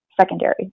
secondary